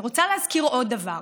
אני רוצה להזכיר עוד דבר.